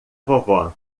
vovó